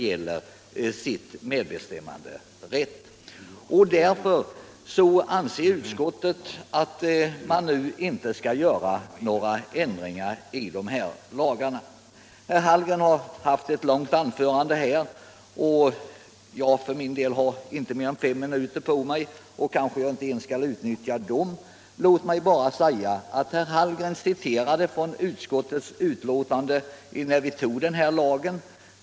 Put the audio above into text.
Utskottet anser därför att man inte nu skall göra några ändringar i dessa lagar. Herr Hallgren har hållit ett långt anförande, medan jag kanske inte ens kommer att utnyttja mina fem minuter. Herr Hallgren citerade ur det betänkande som förelåg när vi antog lagen om anställningsskydd.